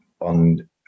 on